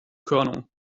körnung